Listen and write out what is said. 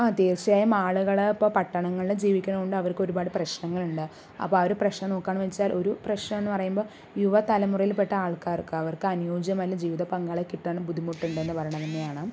ആ തീർച്ചയായും ആളുകൾ ഇപ്പോൾ പട്ടണങ്ങളിൽ ജീവിക്കുന്നതുകൊണ്ട് അവർക്ക് ഒരുപാട് പ്രശ്നങ്ങളുണ്ട് അപ്പം ആ ഒരു പ്രശ്നം നോക്കാണ് വെച്ചാൽ ഒരു പ്രശ്നം എന്നു പറയുമ്പോൾ യുവതലമുറയിൽപ്പെട്ട ആൾക്കാർക്ക് അവർക്ക് അനുയോജ്യമായ ജീവിത പങ്കാളിയെ കിട്ടാൻ ബുദ്ധിമുട്ട് ഉണ്ട് എന്ന് പറയണ തന്നെയാണ്